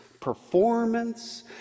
performance